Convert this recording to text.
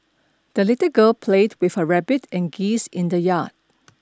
the little girl played with her rabbit and geese in the yard